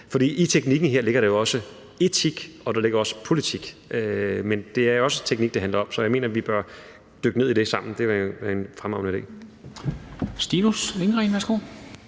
i teknikken her ligger der jo også etik, og der ligger også politik, men det er jo også teknik, det handler om. Så jeg mener, at vi bør dykke ned i det sammen. Det vil være